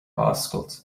oscailt